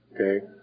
okay